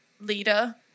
leader